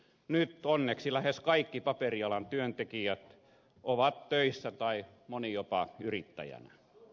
nyt onneksi lähes kaikki paperialan työntekijät ovat töissä tai moni jopa yrittäjänä